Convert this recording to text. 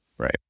Right